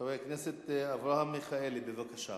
חבר הכנסת אברהם מיכאלי בבקשה,